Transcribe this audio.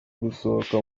gusohoka